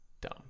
dumb